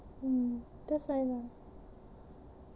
mm that's fine lah